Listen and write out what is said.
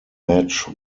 match